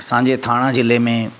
असांजे थाणा जिले में